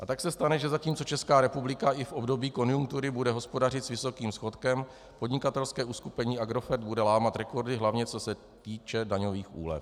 A tak se stane, že zatímco Česká republika i v období konjunktury bude hospodařit s vysokým schodkem, podnikatelské uskupení Agrofert bude lámat rekordy, hlavně co se týče daňových úlev.